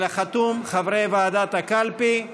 על החתום: חברי ועדת הקלפי.